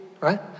right